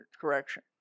correction